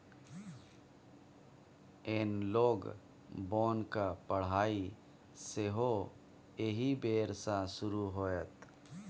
एनलॉग बोनक पढ़ाई सेहो एहि बेर सँ शुरू होएत